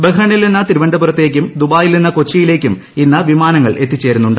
ബഹ്റിനിൽ നിന്ന് തിരുവനന്തപുരത്തേയ്ക്കും ദുബായിൽ നിന്ന് കൊച്ചിയിലേയ്ക്കും ഇന്ന് വിമാനങ്ങൾ എത്തിച്ചേരുന്നുണ്ട്